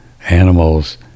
animals